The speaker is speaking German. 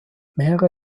mehrere